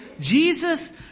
Jesus